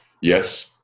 Yes